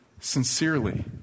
sincerely